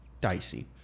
dicey